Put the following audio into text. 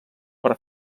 per